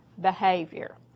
behavior